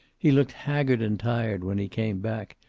he looked haggard and tired when he came back,